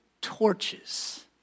torches